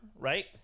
right